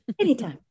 Anytime